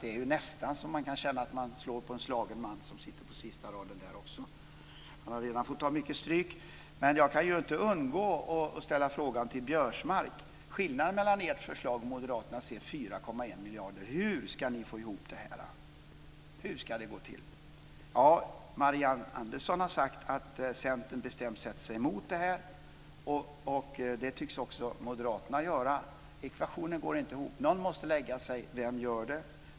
Det är nästan så att man kan känna att man slår på en slagen man, som sitter på sista raden. Han har redan fått ta mycket stryk. Men jag kan inte undgå att ställa frågan till Biörsmark. Skillnaden mellan ert förslag och moderaternas är 4,1 miljarder. Hur ska ni få ihop det här? Hur ska det gå till? Marianne Andersson har sagt att Centern bestämt sätter sig emot det här. Det tycks också moderaterna göra. Ekvationen går inte ihop. Någon måste lägga sig. Vem gör det?